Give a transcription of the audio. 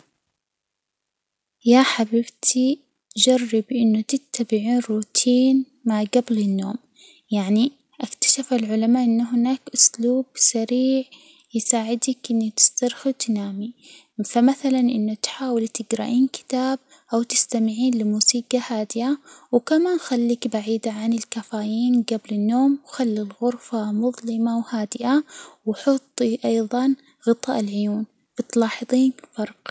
يا حبيبتي، جربي إنه تتبعي روتين ما جبل النوم، يعني اكتشف العلماء إن هناك أسلوب سريع يساعدك إنك تسترخي وتنامي، فمثلاً إنك تحاولي تجرأين كتاب أو تستمعين لموسيقى هادئة، وكمان خليكِ بعيدة عن الكافيين جبل النوم، وخلي الغرفة مظلمة وهادئة، وحطي أيضًا غطاء العيون، بتلاحظين فرق.